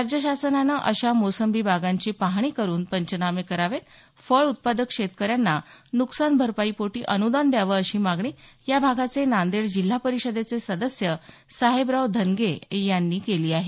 राज्य शासनानं अशा मोसंबी बागांची पाहणी करून पंचनामे करावेत फळ उत्पादक शेतकऱ्यांना नुकसान भरपाई पोटी अनुदान द्यावं अशी मागणी या भागाचे नांदेड जिल्हा परिषदेचे सदस्य साहेबराव धनगे यांनी केली आहे